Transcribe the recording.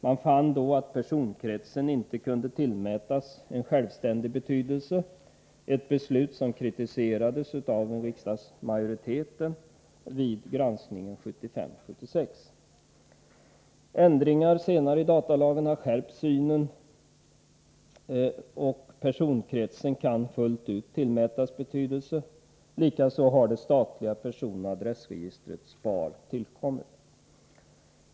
Man fann då att personkretsen inte kunde tillmätas en självständig betydelse, ett beslut som kritiserades av riksdagsmajoriteten vid granskningen 1975/76. Senare ändringar i datalagen har medfört att uppmärksamheten skärpts. Personkretsen kan, fullt ut, tillmätas betydelse. Likaså har det statliga personoch adressregistret, SPAR, tillkommit.